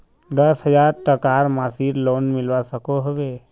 दस हजार टकार मासिक लोन मिलवा सकोहो होबे?